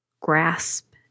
grasp